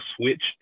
switch